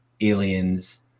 aliens